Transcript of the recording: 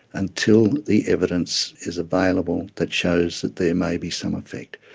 until the evidence is available that shows that there may be some effect.